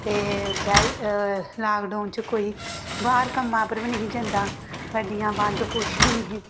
ते lockdown बाह्र कम्मा उप्पर बी नेही जंदा गड्डियां बंद किश नेईं ही